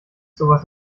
sowas